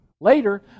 Later